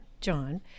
John